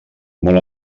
molt